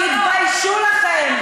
תתביישו לכם.